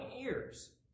ears